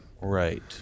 right